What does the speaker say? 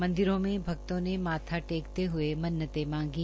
मंदिरों में भक्तों ने माथा टेकते हुए मनतें मांगी